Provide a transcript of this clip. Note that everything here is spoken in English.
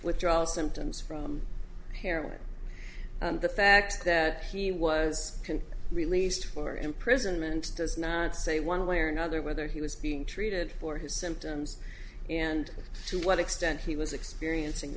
withdrawal symptoms from paranoia the fact that he was can released for imprisonment does not say one way or another whether he was being treated for his symptoms and to what extent he was experiencing